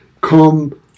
come